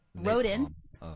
rodents